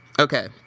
Okay